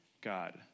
God